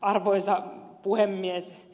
arvoisa puhemies